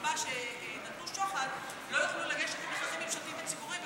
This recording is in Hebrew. שנקבע שנתנו שוחד לא יוכלו לגשת למכרזים ממשלתיים וציבוריים,